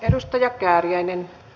arvoisa puhemies